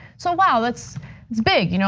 so wow, that's that's big, you know